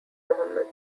muhammad